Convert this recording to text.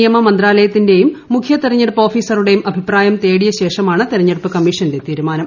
നിയമി മന്ത്രാലത്തിന്റെയും മുഖ്യതെരഞ്ഞെടുപ്പ് ഓഫീസറുപ്പെട്ടയും അഭിപ്രായം തേടിയ ശേഷമാണ് തെഞ്ഞെടുപ്പ് കമ്മീഷ്ട്രിന്റെ ്തീരുമാനം